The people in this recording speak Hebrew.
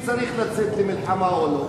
אז שישאלו את העם אם צריך לצאת למלחמה או לא.